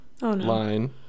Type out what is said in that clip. Line